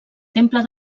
temple